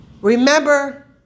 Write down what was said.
Remember